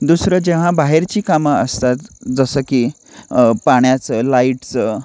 दुसरं जेव्हा बाहेरची कामं असतात जसं की पाण्याचं लाईटचं